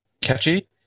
catchy